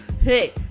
hey